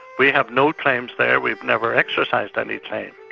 we have no claims there, we've never exercised any claims.